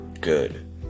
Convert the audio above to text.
good